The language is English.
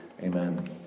amen